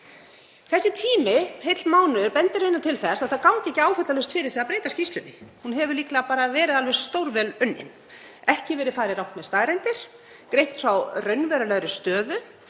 Þessi tími, heill mánuður, bendir til þess að það gangi ekki áfallalaust fyrir sig að breyta skýrslunni. Hún hefur líklega verið alveg stórvel unnin, ekki hefur verið farið rangt með staðreyndir, greint hefur verið frá raunverulegri stöðu